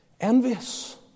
envious